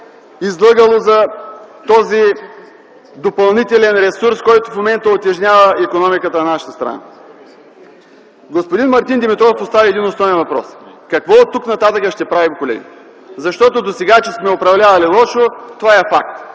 излъгало за този допълнителен ресурс, който в момента утежнява икономиката на нашата страна. Господин Мартин Димитров постави един основен въпрос – какво оттук нататък ще правим, колеги. Че досега сме управлявали лошо – това е факт.